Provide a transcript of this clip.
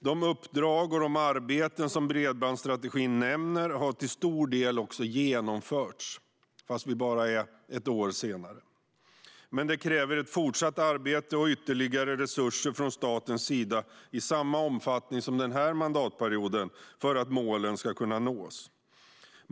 De uppdrag och de arbeten som bredbandsstrategin nämner har till stor del också genomförts nu, bara ett år senare, men det kräver fortsatt arbete och ytterligare resurser från statens sida i samma omfattning som den här mandatperioden för att målen ska kunna nås.